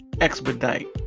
expedite